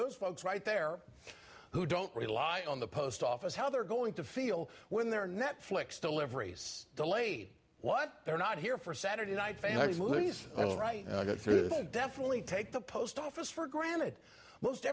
those folks right there who don't rely on the post office how they're going to feel when their netflix deliveries delayed what they're not here for saturday night favorite movies all right definitely take the post office for granted most